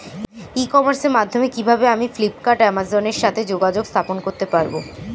ই কমার্সের মাধ্যমে কিভাবে আমি ফ্লিপকার্ট অ্যামাজন এর সাথে যোগাযোগ স্থাপন করতে পারব?